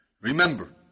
Remember